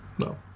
No